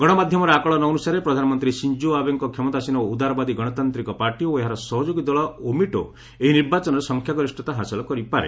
ଗଶମାଧ୍ୟମର ଆକଳନ ଅନ୍ସାରେ ପ୍ରଧାନମନ୍ତ୍ରୀ ସିଞ୍ଜୋ ଆବେଙ୍କ କ୍ଷମତାସୀନ ଉଦାରବାଦୀ ଗଣତାନ୍ତିକ ପାର୍ଟି ଓ ଏହାର ସହଯୋଗୀ ଦଳ ଓମିଟୋ ଏହି ନିର୍ବାଚନରେ ସଂଖ୍ୟାଗରିଷତା ହାସଲ କରିପାରେ